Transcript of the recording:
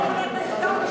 חבר הכנסת גפני,